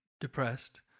depressed